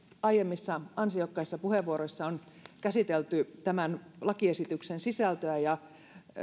aiemmissa ansiokkaissa puheenvuoroissa on käsitelty tämän lakiesityksen sisältöä ja